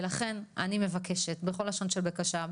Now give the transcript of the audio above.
ולכן, אני מבקשת בכל לשון של בקשה.